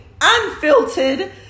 unfiltered